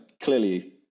clearly